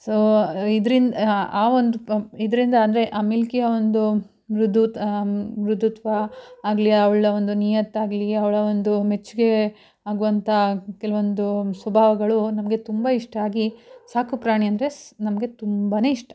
so ಇದ್ರಿಂದ ಆವೊಂದು ಇದರಿಂದ ಅಂದರೆ ಆ ಮಿಲ್ಕಿಯ ಒಂದು ಮೃಧು ತ ಮೃಧುತ್ವ ಆಗಲೀ ಅವಳ ಒಂದು ನಿಯತ್ತಾಗಲೀ ಅವಳ ಒಂದು ಮೆಚ್ಚುಗೆ ಆಗುವಂಥ ಕೆಲವೊಂದು ಸ್ವಭಾವಗಳು ನಮಗೆ ತುಂಬ ಇಷ್ಟ ಆಗಿ ಸಾಕು ಪ್ರಾಣಿಯಂದರೆ ಸ್ ನಮಗೆ ತುಂಬ ಇಷ್ಟ